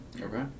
Okay